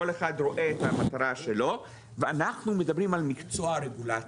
כל אחד רואה את המטרה שלו ואנחנו מדברים על מקצוע הרגולציה.